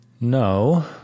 No